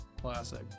classic